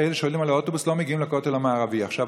אלה שעולים על האוטובוס לא מגיעים לכותל המערבי עכשיו,